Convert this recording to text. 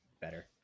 better